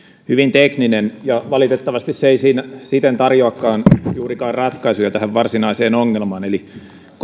hyvin tekninen valitettavasti se ei siten tarjoakaan juurikaan ratkaisuja tähän varsinaiseen ongelmaan eli